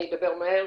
אני אדבר מהר,